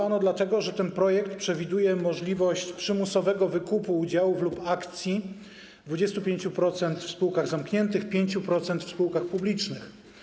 Ano dlatego, że ten projekt przewiduje możliwość przymusowego wykupu udziałów lub akcji: 25% - w spółkach zamkniętych, 5% - w spółkach publicznych.